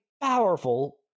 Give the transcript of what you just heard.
powerful